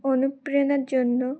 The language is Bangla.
অনুপ্রেরণার জন্য